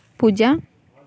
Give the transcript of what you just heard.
ᱯᱩᱡᱟ